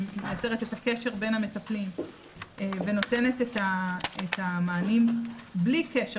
שמייצרת את הקשר בין המטפלים ונותנת את המענים בלי קשר,